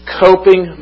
coping